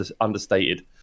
understated